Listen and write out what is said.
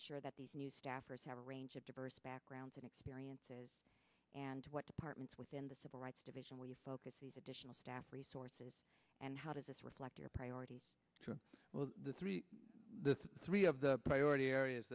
ensure that these new staffers have a range of diverse backgrounds and experiences and what departments within the civil rights division where you focus these additional staff resources and how does this reflect your priorities well the three the three of the priority areas